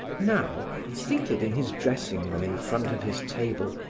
now, seated in his dressing room in front of his table,